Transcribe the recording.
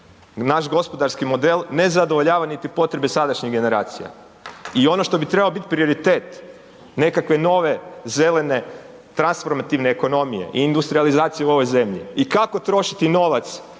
naš gospodarski model ne zadovoljava niti potrebe sadašnjih generacija. I ono što bi trebao bit prioritet nekakve nove zelene transformativne ekonomije i industrijalizacije u ovoj zemlji i kako trošiti novac